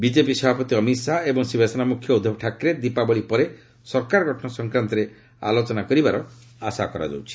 BJP ସଭାପତି ଅମିତ ଶାହା ଏବଂ ଶିବସେନା ମ୍ରଖ୍ୟ ଉଦ୍ଧବ ଠାକ୍ରେ ଦୀପାବଳି ପରେ ସରକାର ଗଠନ ସଂକ୍ରାନ୍ତରେ ଆଲୋଚନା କରିବାର ଆଶା କରାଯାଉଛି